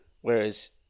Whereas